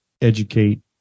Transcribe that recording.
educate